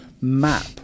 map